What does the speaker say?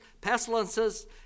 pestilences